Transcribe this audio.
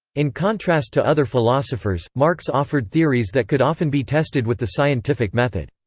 in contrast to other philosophers, marx offered theories that could often be tested with the scientific method.